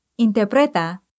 interpreta